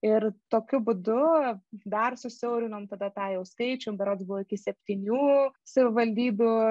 ir tokiu būdu dar susiaurinome tada tą jau skaičių berods buvo iki septynių savivaldybių